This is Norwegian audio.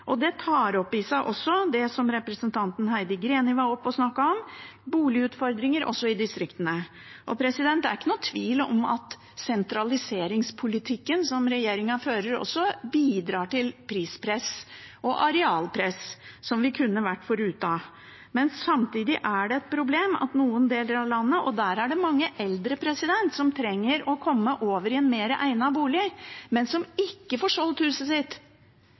Det tar også opp i seg boligutfordringer i distriktene, som representanten Heidi Greni var oppe og snakket om. Det er ingen tvil om at sentraliseringspolitikken som regjeringen fører, også bidrar til prispress og arealpress, som vi kunne vært foruten. Samtidig er det i noen deler av landet et problem at mange eldre trenger å komme over i en mer egnet bolig, men ikke får solgt huset sitt